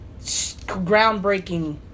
groundbreaking